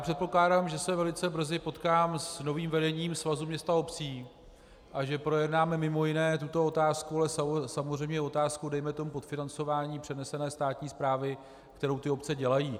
Předpokládám, že se velice brzy potkám s novým vedením Svazu měst a obcí a že projednáme mimo jiné tuto otázku, ale samozřejmě i otázku dejme tomu podfinancování přenesené státní správy, kterou obce dělají.